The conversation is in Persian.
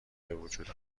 بوجود